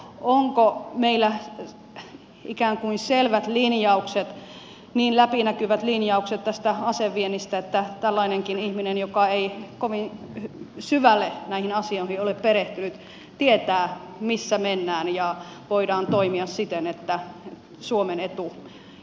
onko meillä ikään kuin selvät linjaukset niin läpinäkyvät linjaukset tästä aseviennistä että tällainenkin ihminen joka ei kovin syvälle näihin asioihin ole perehtynyt tietää missä mennään ja voidaan toimia siten että suomen etu ei vaarannu